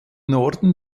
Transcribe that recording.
norden